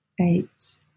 eight